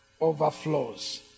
overflows